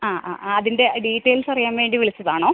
ആ ആ അതിൻ്റ ഡീറ്റെയ്ൽസറിയാൻ വേണ്ടി വിളിച്ചതാണോ